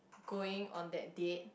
going on that date